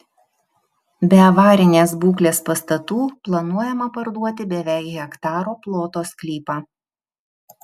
be avarinės būklės pastatų planuojama parduoti beveik hektaro ploto sklypą